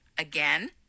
Again